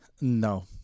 No